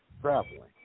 traveling